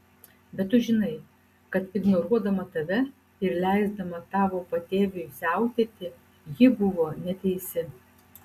bet tu žinai kad ignoruodama tave ir leisdama tavo patėviui siautėti ji buvo neteisi